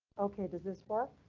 ok, does this work?